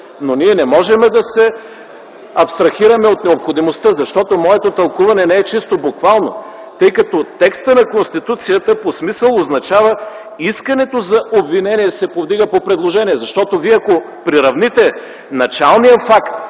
но ние не можем да се абстрахираме от необходимостта, защото моето тълкуване не е чисто буквално, тъй като текстът на Конституцията по смисъл означава: искането за обвинение се повдига по предложение. Вие, ако приравните началния факт